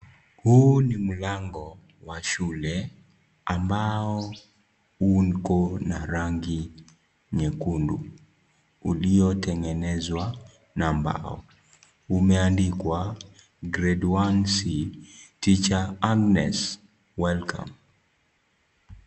Huu ni mlango wa shule ambao uko na rangi nyekundu ,iliyotengenezwa na mbao umeandikwa(CS) grade one C teacher Agnes welcome (CS).